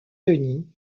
denis